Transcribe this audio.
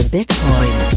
Bitcoin